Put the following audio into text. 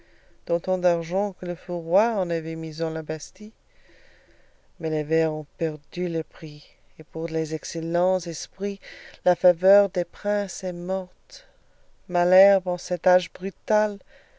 d'autant d'argent que le feu roi en avait mis en la bastille mais les vers ont perdu leur prix et pour les excellents esprits la faveur des princes est morte malherbe en cet âge brutal